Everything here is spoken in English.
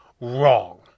wrong